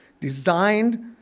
designed